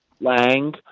Lang